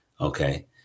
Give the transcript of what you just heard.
Okay